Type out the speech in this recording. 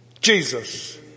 Jesus